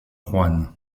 juan